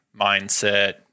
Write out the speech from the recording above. mindset